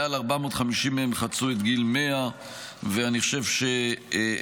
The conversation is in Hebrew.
מעל 450 מהם חצו את גיל 100. אני חושב שאין